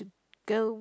go